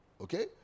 Okay